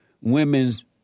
Women's